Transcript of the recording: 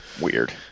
weird